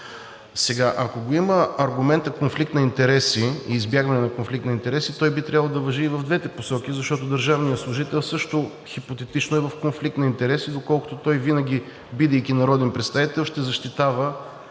Сега, ако го има аргументът конфликт на интереси и избягване на конфликт на интереси, той би трябвало да важи и в двете посоки, защото държавният служител също хипотетично е в конфликт на интереси, доколкото той винаги, бидейки народен представител, ще защитава